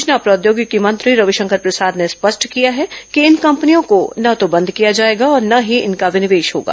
सूचना प्रौद्योगिकी मंत्री रविशंकर प्रसाद ने स्पष्ट किया है कि इन कंपनियों को न तो बंद किया जाएगा और ने ही इनका विनिवेश होगा